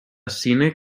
cine